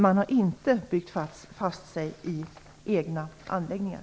Man har inte byggt fast sig i egna anläggningar.